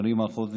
בשנים האחרונות,